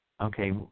okay